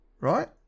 Right